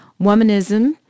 womanism